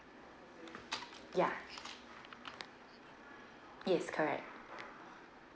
yeah yes correct